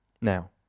Now